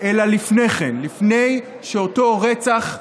אלא לפני כן, לפני שאותו רצח יתממש.